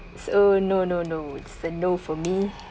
oh no no no it's a no for me